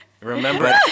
Remember